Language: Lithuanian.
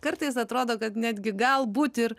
kartais atrodo kad netgi galbūt ir